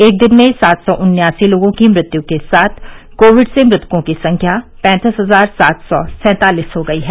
एक दिन में सात सौ उन्यासी लोगों की मृत्यु के साथ कोविड से मृतकों की संख्या पैंतीस हजार सात सौ सैंतालीस हो गई है